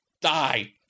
Die